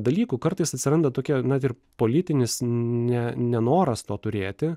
dalykų kartais atsiranda tokia na ir politinis ne nenoras to turėti